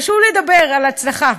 חשוב לדבר על הצלחה.